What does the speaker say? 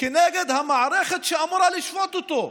נגד המערכת שאמורה לשפוט אותו.